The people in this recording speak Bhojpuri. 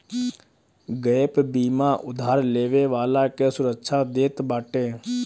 गैप बीमा उधार लेवे वाला के सुरक्षा देत बाटे